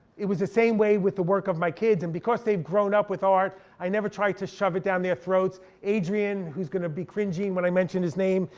it was the same way with the work of my kids. and because they've grown up with art, i never tried to shove it down their throat. adrian, who's gonna be cringing when i mention his name,